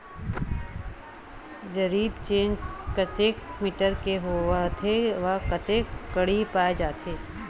जरीब चेन कतेक मीटर के होथे व कतेक कडी पाए जाथे?